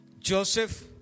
Joseph